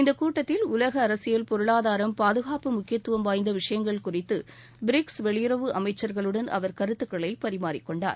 இந்த கூட்டத்தில் உலக அரசியல் பொருளாதாரம் பாதுகாப்பு முக்கியத்துவம் வாய்ந்த விஷயங்கள் குறித்து பிரிக்ஸ் வெளியுறவு அமைச்சர்களுடன் அவர் கருத்துக்களை பரிமாறிக்கொண்டார்